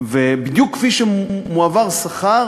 בדיוק כפי שמועבר שכר